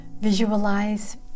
visualize